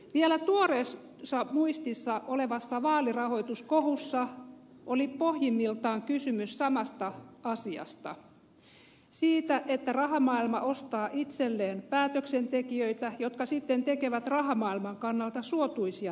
vielä tuoreessa muistissa olevassa vaalirahoituskohussa oli pohjimmiltaan kysymys samasta asiasta siitä että rahamaailma ostaa itselleen päätöksentekijöitä jotka sitten tekevät rahamaailman kannalta suotuisia päätöksiä